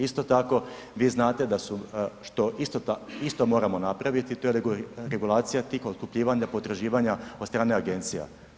Isto tako vi znate da su, što isto moramo napraviti to je regulacija tih otkupljivanja potraživanja od strane agencija.